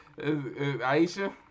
Aisha